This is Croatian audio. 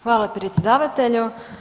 Hvala predsjedavatelju.